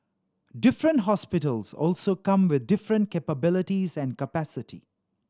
different hospitals also come with different capabilities and capacity